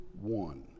one